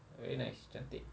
very nice cantik